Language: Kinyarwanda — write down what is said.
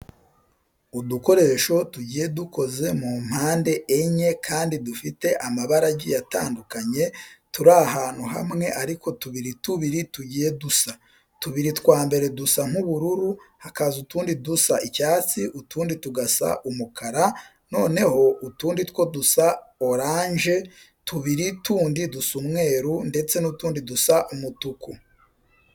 Udukoresho tugiye dukoze muri mpande enye kandi dufite amabara agiye atandukanye, turi ahantu hamwe ariko tubiri tubiri tugiye dusa. Tubiri twa mbere dusa nk'ubururu, hakaza utundi dusa icyatsi, utundi tugasa umukara, noneho utundi two dusa oranje, tubiri tundi dusa umweru ndetse n'utundi dusa umutuku.